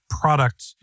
product